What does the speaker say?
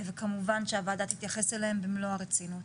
וכמובן שהוועדה תתייחס אליהן במלוא הרצינות.